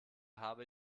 habe